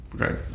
Okay